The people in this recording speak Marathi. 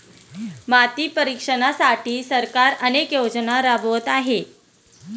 माती परीक्षणासाठी सरकार अनेक योजना राबवत आहे